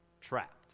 trapped